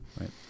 Right